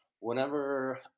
whenever